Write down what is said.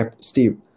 Steve